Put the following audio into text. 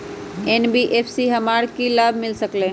NBFC से हमार की की लाभ मिल सक?